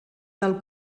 del